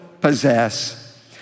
possess